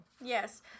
Yes